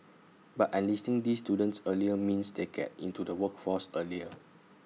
but enlisting these students earlier means they get into the workforce earlier